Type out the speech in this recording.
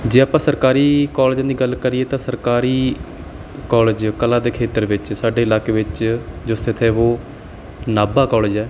ਜੇ ਆਪਾਂ ਸਰਕਾਰੀ ਕਾਲਜਾਂ ਦੀ ਗੱਲ ਕਰੀਏ ਤਾਂ ਸਰਕਾਰੀ ਕੋਲਜ ਕਲਾ ਦੇ ਖੇਤਰ ਵਿੱਚ ਸਾਡੇ ਇਲਾਕੇ ਵਿੱਚ ਜੋ ਸਥਿਤ ਹੈ ਉਹ ਨਾਭਾ ਕਾਲਜ ਹੈ